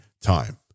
time